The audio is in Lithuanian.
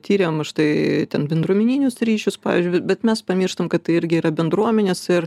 tyriam štai ten bendruomeninius ryšius pavyzdžiui bet mes pamirštam kad tai irgi yra bendruomenės ir